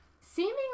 seemingly